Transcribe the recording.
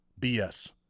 BS